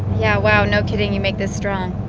yeah, wow, no kidding you make this strong.